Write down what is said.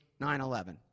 911